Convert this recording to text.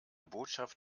botschaft